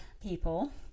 people